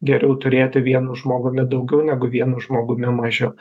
geriau turėti vienu žmogumi daugiau negu vienu žmogumi mažiau